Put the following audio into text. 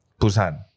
Busan